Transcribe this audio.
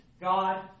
God